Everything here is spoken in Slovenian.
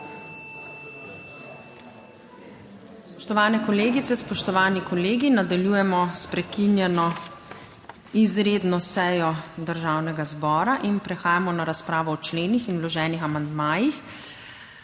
Spoštovane kolegice, spoštovani kolegi! Nadaljujemo s prekinjeno izredno sejo Državnega zbora. Prehajamo na razpravo o členih in vloženih amandmajih.